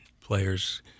players